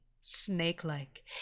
snake-like